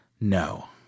no